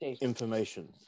information